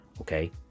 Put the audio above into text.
Okay